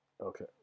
okay